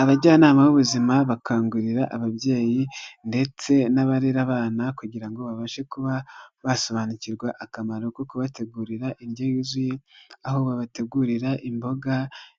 Abajyanama b'ubuzima bakangurira ababyeyi ndetse n'abarera abana kugira ngo babashe kuba basobanukirwa akamaro ko kubategurira indyo yuzuye aho babategurira imboga